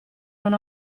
non